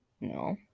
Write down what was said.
No